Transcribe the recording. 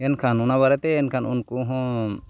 ᱮᱱᱠᱷᱟᱱ ᱚᱱᱟ ᱵᱟᱨᱮᱛᱮ ᱮᱱᱠᱷᱟᱱ ᱩᱱᱠᱩᱦᱚᱸ